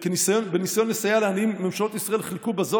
בניסיון לסייע לעניים ממשלות ישראל חילקו בזו